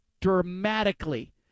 dramatically